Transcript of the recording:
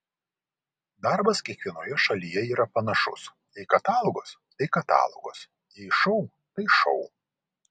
darbas kiekvienoje šalyje yra panašus jei katalogas tai katalogas jei šou tai šou